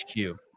HQ